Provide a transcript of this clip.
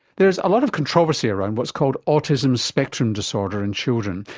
there's a lot of controversy around what's called autism spectrum disorder in children.